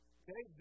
okay